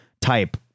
type